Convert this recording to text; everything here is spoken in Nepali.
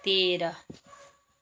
तेह्र